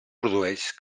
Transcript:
produeix